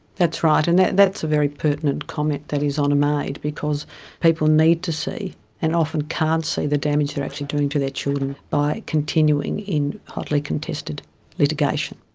that's right, and that's a very pertinent comment that his honour made, because people need to see and often can't see the damage they are actually doing to their children by continuing in hotly contested litigation.